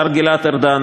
השר גלעד ארדן,